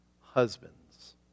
husbands